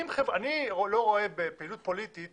אני לא רואה בפעילות פוליטית